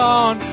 on